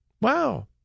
Wow